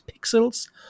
pixels